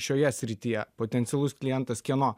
šioje srityje potencialus klientas kieno